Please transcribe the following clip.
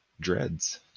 Dreads